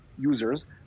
users